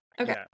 okay